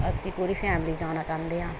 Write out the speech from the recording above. ਅਸੀਂ ਪੂਰੀ ਫੈਮਿਲੀ ਜਾਣਾ ਚਾਹੁੰਦੇ ਹਾਂ